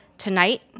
Tonight